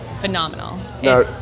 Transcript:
phenomenal